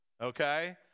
okay